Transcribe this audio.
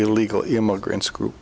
illegal immigrants group